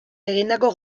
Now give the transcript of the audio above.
egindako